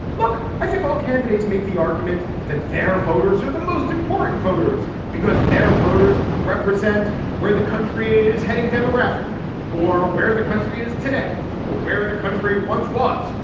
look, i think all candidates make the argument that their voters are the most important voters because their voters represent where the country is heading demographically or where the country is today or where the country once was,